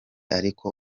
ariko